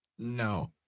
No